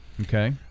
Okay